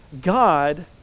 God